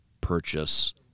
purchase